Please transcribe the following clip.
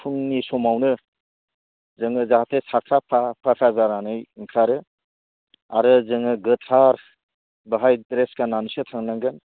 फुंनि समावनो जोङो जाहाथे साखाफा फाखा जानानै ओंखारो आरो जोङो गोथार बाहाय प्रेस जानानैसो थांनांगोन